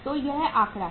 तो यह आंकड़ा है